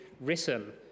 written